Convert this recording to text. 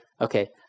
Okay